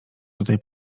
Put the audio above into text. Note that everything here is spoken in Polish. tutaj